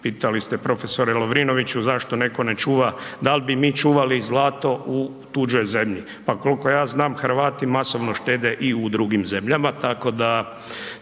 pitali ste prof. Lovrinoviću zašto netko ne čuva, dal bi mi čuvali zlato u tuđoj zemlji? Pa koliko ja znam Hrvati masovno štede i u drugim zemljama,